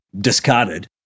discarded